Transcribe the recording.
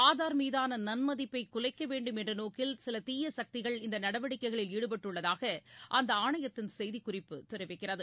ஆதார் மீதான நன்மதிப்பை குலைக்க வேண்டும் என்ற நோக்கில் சில தீய சக்திகள் இந்த நடவடிக்கைகளில் ஈடுபட்டுள்ளதாக அந்த ஆணையத்தின் செய்திக்குறிப்பு தெரிவிக்கிறது